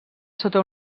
sota